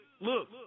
Look